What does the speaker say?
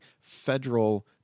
federal